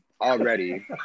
already